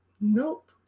Nope